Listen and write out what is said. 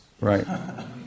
Right